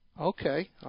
Okay